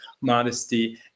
modesty